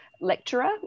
lecturer